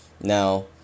Now